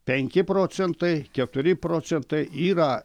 penki procentai keturi procentai yra